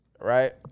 right